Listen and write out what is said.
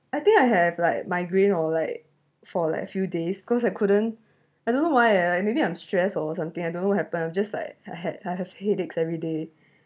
I think I have like migraine or like for like a few days cause I couldn't I don't know why ah maybe I'm stress or something I don't know what happened I'm just like I had I have headaches every day